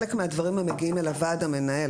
חלק מהדברים הם מגיעים אל הוועד המנהל.